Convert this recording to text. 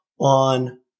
on